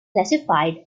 classified